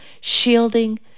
shielding